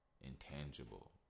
intangible